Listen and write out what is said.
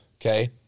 Okay